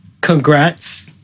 Congrats